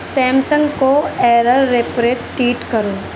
Samsung کو error کرو